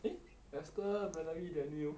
eh esther valerie daniel